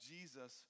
Jesus